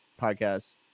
podcast